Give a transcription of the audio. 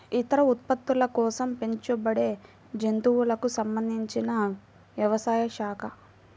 ఇతర ఉత్పత్తుల కోసం పెంచబడేజంతువులకు సంబంధించినవ్యవసాయ శాఖ